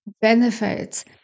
benefits